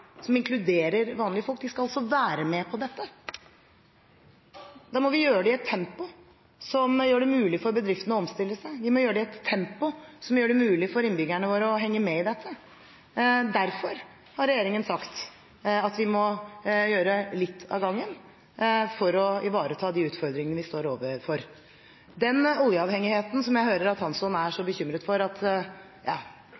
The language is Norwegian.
som inkluderer vanlige folk, for de skal altså være med på dette. Da må vi gjøre det i et tempo som gjør det mulig for bedriftene å omstille seg. Vi må gjøre det i et tempo som gjør det mulig for innbyggerne våre å henge med i dette. Derfor har regjeringen sagt at vi må gjøre litt om gangen, for å ivareta de utfordringene vi står overfor. Når det gjelder den oljeavhengigheten som jeg hører at Hansson er så